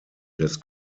des